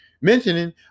mentioning